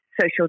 social